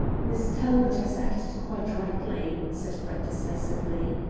miss talbot has acted quite rightly, said brett decisively.